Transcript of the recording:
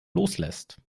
loslässt